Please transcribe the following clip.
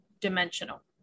dimensional